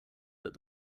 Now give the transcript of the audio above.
that